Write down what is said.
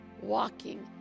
walking